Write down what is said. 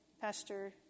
pastor